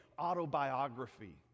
autobiography